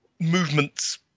movements